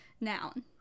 Noun